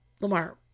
Lamar